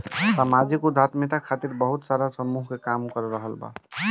सामाजिक उद्यमिता खातिर बहुते सारा समूह काम कर रहल बा